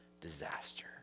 disaster